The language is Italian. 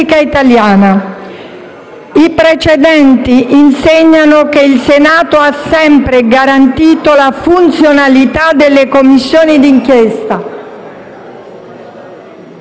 italiana. I precedenti insegnano che il Senato ha sempre garantito la funzionalità delle Commissioni di inchiesta,